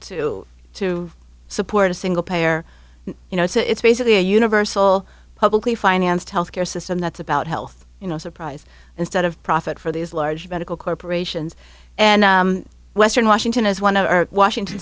to to support a single payer you know it's basically a universal publicly financed health care system that's about health you know surprise instead of profit for these large medical corporations and western washington as one of our washington